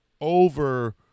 over